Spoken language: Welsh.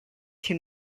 cyn